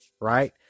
Right